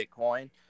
Bitcoin